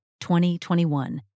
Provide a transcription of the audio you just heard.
2021